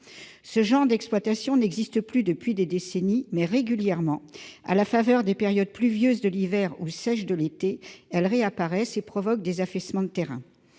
de la craie n'existe plus depuis des décennies, mais, régulièrement, à la faveur des périodes pluvieuses de l'hiver ou sèches de l'été, les marnières réapparaissent et provoquent des affaissements de terrain.